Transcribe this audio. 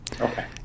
Okay